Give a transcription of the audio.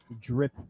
drip